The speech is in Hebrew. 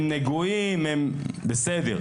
הם נגועים, בסדר,